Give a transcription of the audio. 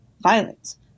violence